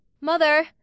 mother